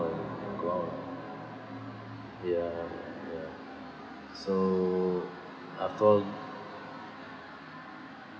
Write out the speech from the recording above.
~ut go out ya ya so after all